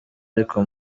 ariko